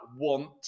want